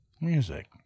Music